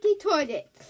toilet